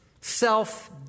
self